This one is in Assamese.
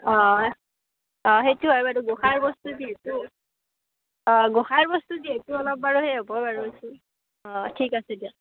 অঁ অঁ অঁ সেইটো হয় বাৰু গোঁসাইৰ বস্তু যিহেতু অঁ গোঁসাইৰ বস্তু যিহেতু অলপ বাৰু সেই হ'ব বাৰু দেচোন অঁ ঠিক আছে দিয়ক